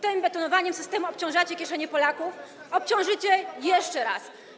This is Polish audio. Tym betonowaniem systemu obciążycie kieszenie Polaków, obciążycie jeszcze raz.